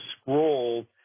scroll